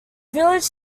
village